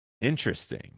Interesting